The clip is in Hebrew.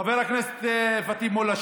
חבר הכנסת פטין מולא,